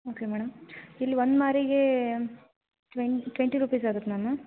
okay madam ಇಲ್ಲಿ ಒಂದು ಮಾರಿಗೇ ಟ್ವೆಂಟ್ ಟ್ವೆಂಟಿ ರುಪೀಸ್ ಆಗತ್ತೆ ಮ್ಯಾಮ್